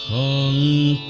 a